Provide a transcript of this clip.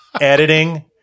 Editing